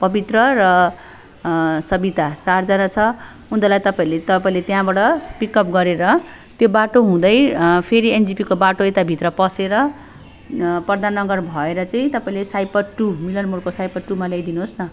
पवित्र र सविता चारजना छ उनीहरूलाई तपाईँहरूले तपाईँले त्यहाँबाट पिकअप गरेर त्यो बाटो हुँदै फेरि एजेपीको बाटो यता भित्र पसेर प्रधाननगर भएर चाहिँ तपाईँले साइपर टु मिलनमोडको साइपर टुमा ल्याइदिनु होस् न